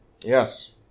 Yes